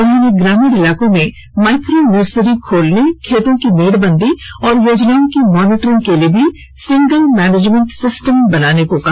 उन्होंने ग्रामीण इलाकों में माइक्रो नर्सरी खोलने खेतों की मेढ़बंदी और योजनाओं की मॉनिटरिंग के लिए सिंगल मैनेजमेंट सिस्टम बनाने को कहा